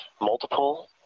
multiple